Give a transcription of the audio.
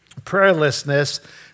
prayerlessness